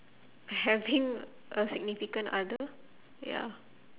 having a significant other ya